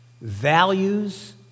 values